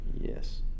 Yes